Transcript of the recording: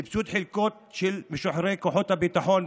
סבסוד החלקות של משוחררי כוחות הביטחון,